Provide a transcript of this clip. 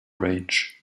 range